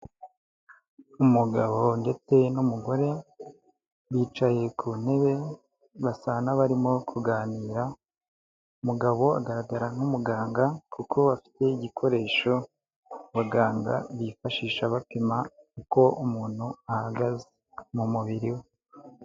Umugabo ndetse n'umugore bicaye ku ntebe, basa n'abarimo kuganira, umugabo agaragara nk'umuganga, kuko afite igikoresho abaganga bifashisha bapima uko umuntu ahagaze mu mubiri we.